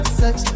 sex